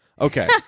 Okay